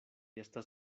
estas